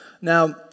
now